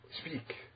speak